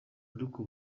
ariko